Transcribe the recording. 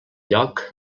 lloc